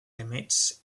limits